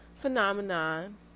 phenomenon